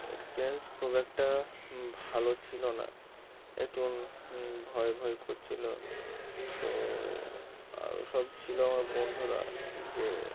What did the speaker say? experience খুব একটা ভালো ছিল না একটু ভয় ভয় করছিল তো আরও সব ছিল আমার বন্ধুরা যে